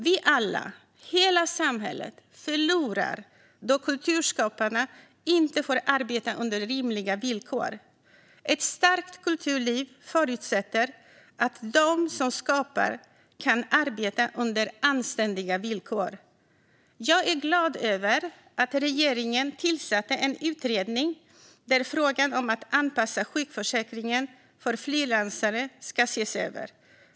Vi alla, hela samhället, förlorar då kulturskaparna inte får arbeta under rimliga villkor. Ett starkt kulturliv förutsätter att de som skapar kan arbeta under anständiga villkor. Jag är glad över att regeringen har tillsatt en utredning där frågan om att anpassa sjukförsäkringen för frilansare ska ses över.